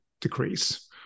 decrease